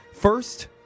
First